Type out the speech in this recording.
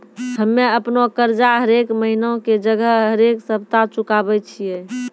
हम्मे अपनो कर्जा हरेक महिना के जगह हरेक सप्ताह चुकाबै छियै